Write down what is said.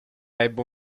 ebbe